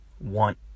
want